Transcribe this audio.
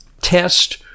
test